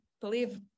believe